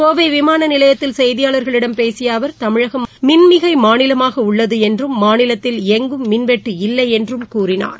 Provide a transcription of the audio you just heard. கோவை விமானநிலையத்தில் செய்தியாளர்களிடம் பேசிய அவர் தமிழம் தற்போது மின் மிகை மாநிலமாக உள்ளது என்றும் மாநிலத்தில் எங்கும் மின்வெட்டு இல்லை என்றும் கூறினார்